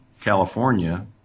California